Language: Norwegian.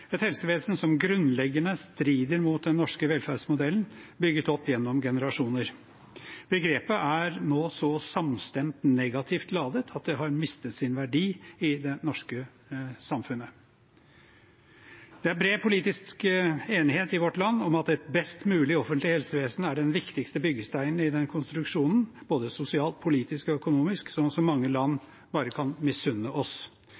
et helsevesen som grunnleggende strider mot den norske velferdsmodellen bygget opp gjennom generasjoner. Begrepet er nå så samstemt negativt ladet at det har mistet sin verdi i det norske samfunnet. Det er bred politisk enighet i vårt land om at et best mulig offentlig helsevesen er den viktigste byggesteinen i den konstruksjonen både sosialt, politisk og økonomisk, noe mange land bare kan misunne oss.